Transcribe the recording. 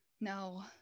No